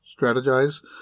strategize